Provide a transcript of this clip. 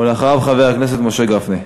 ואחריו, חבר הכנסת משה גפני.